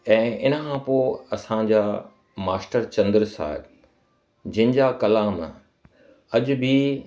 ऐं हिन खां पोइ असांजा मास्टर चंदर साहिबु जिनि जा कलाम अॼु बि